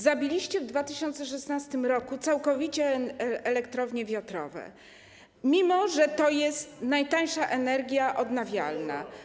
Zabiliście w 2016 r. całkowicie elektrownie wiatrowe, mimo że to jest najtańsza energia odnawialna.